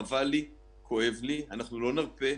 חבל לי, כואב לי, אנחנו לא נרפה.